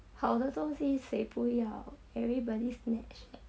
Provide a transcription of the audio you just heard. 好的东西谁不要 everybody snatch